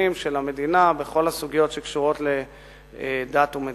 של המדינה בכל הסוגיות שקשורות לדת ומדינה.